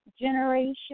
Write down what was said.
generation